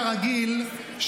כרגיל,